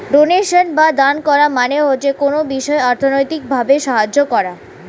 donation বা দান করা মানে হচ্ছে কোনো বিষয়ে অর্থনৈতিক ভাবে সাহায্য করা